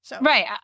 Right